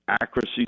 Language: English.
accuracy